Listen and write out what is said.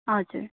हजुर